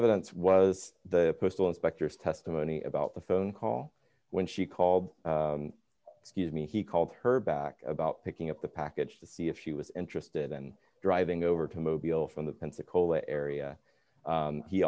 evidence was the postal inspectors testimony about the phone call when she called me he called her back about picking up the package to see if she was interested in driving over to mobile from the pensacola area